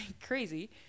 crazy